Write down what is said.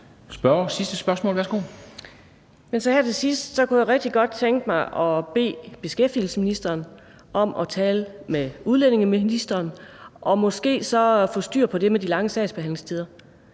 Matthiesen (V): Her til sidst kunne jeg rigtig godt tænke mig at bede beskæftigelsesministeren om at tale med udlændingeministeren og måske så få styr på det med de lange sagsbehandlingstider,